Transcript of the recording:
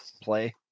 play